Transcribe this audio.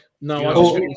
no